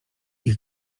ich